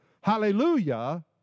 Hallelujah